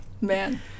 Man